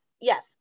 yes